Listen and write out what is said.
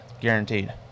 Guaranteed